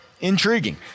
intriguing